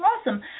Awesome